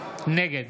נגד